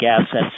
assets